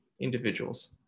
individuals